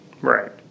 Right